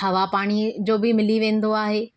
हवा पाणी जो बि मिली वेंदो आहे